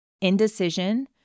indecision